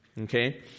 okay